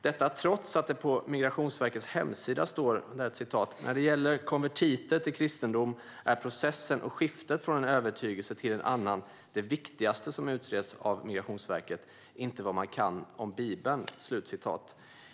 Detta sker trots att det på Migrationsverket hemsida står följande: "När det gäller konvertiter till kristendom är processen och skiftet från en övertygelse till en annan det viktigaste som utreds av Migrationsverket, inte vad man kan om Bibeln."